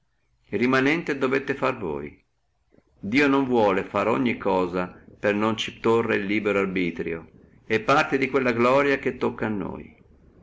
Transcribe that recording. rimanente dovete fare voi dio non vuole fare ogni cosa per non ci tòrre el libero arbitrio e parte di quella gloria che tocca a noi